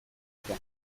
dira